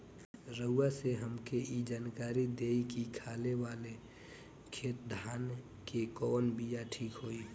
रउआ से हमके ई जानकारी देई की खाले वाले खेत धान के कवन बीया ठीक होई?